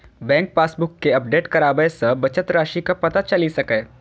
bank passbook कें update कराबय सं बचत राशिक पता चलि सकैए